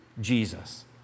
Jesus